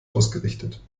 ausgerichtet